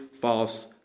false